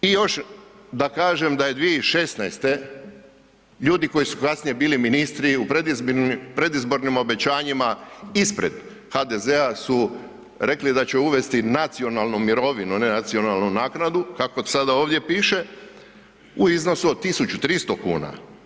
I još da kažem da je 2016. ljudi koji su kasnije bili ministri, u predizbornim obećanjima ispred HDZ-a su rekli da će uvesti nacionalnu mirovinu, a ne nacionalnu naknadu, kako sada ovdje piše, u iznosu od 1300 kuna.